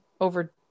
Over